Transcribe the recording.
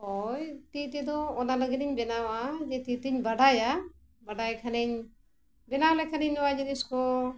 ᱦᱳᱭ ᱛᱤ ᱛᱮᱫᱚ ᱚᱱᱟ ᱞᱟᱹᱜᱤᱫ ᱤᱧ ᱵᱮᱱᱟᱣᱟ ᱡᱮ ᱛᱤ ᱛᱮᱧ ᱵᱟᱰᱟᱭᱟ ᱵᱟᱰᱟᱭ ᱠᱷᱟᱱᱤᱧ ᱵᱮᱱᱟᱣ ᱞᱮᱠᱷᱟᱱᱤᱧ ᱱᱚᱣᱟ ᱡᱤᱱᱤᱥ ᱠᱚ